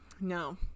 No